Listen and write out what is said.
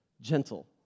Gentle